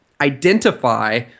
identify